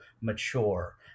mature